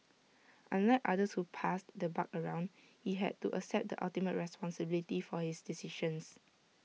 unlike others who passed the buck around he had to accept the ultimate responsibility for his decisions